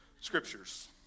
scriptures